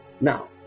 now